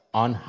on